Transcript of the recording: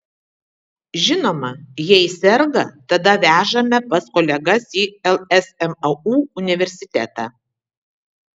žinoma jei serga tada vežame pas kolegas į lsmu universitetą